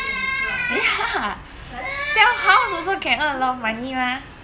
ya sell house also can earn a lot of money mah